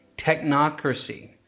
technocracy